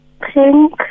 Pink